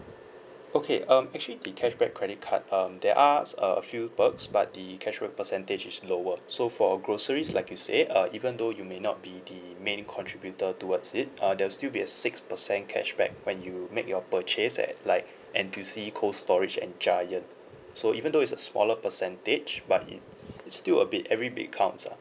okay um actually the cashback credit card um there are a few perks but the cashback percentage is lower so for groceries like you said uh even though you may not be the main contributor towards it uh there will still be a six percent cashback when you make your purchase at like N_T_U_C cold storage and giant so even though it's a smaller percentage but it it's still a bit every bit counts ah